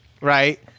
right